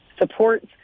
supports